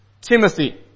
Timothy